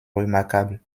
remarquable